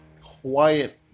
quiet